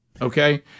Okay